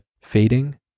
fading